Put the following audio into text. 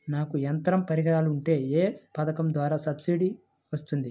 నాకు యంత్ర పరికరాలు ఉంటే ఏ పథకం ద్వారా సబ్సిడీ వస్తుంది?